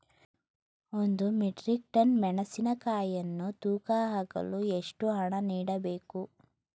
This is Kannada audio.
ಒಂದು ಮೆಟ್ರಿಕ್ ಟನ್ ಮೆಣಸಿನಕಾಯಿಯನ್ನು ತೂಕ ಹಾಕಲು ಎಷ್ಟು ಹಣ ನೀಡಬೇಕು?